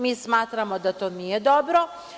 Mi smatramo da to nije dobro.